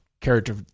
Character